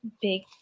big